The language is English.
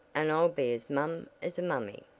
and i'll be as mum as a mummy.